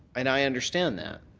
and i understand that.